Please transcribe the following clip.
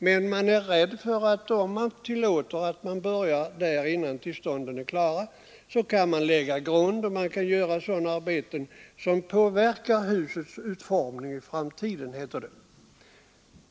Men myndigheterna tycks vara rädda för att människor — om igångsättning tillåts innan tillstånden är klara — kan lägga grund och göra sådana arbeten som påverkar husets utformning i framtiden.